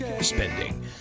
spending